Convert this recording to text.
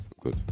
Good